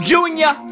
Junior